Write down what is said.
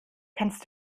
kannst